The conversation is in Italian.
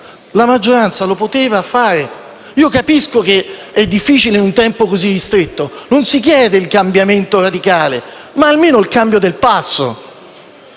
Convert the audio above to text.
La maggioranza lo poteva fare. Capisco che è difficile in un tempo così ristretto. Non si chiede il cambiamento radicale, ma almeno il cambio del passo